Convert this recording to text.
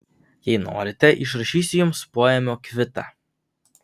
jei norite išrašysiu jums poėmio kvitą